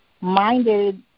minded